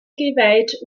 geweiht